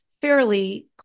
fairly